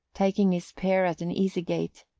taking his pair at an easy gait,